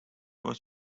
was